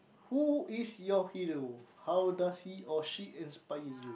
who is your hero how does he or she inspire you